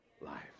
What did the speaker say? life